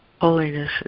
holiness